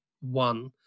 one